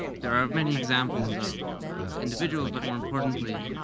there are many examples of individuals but, more importantly,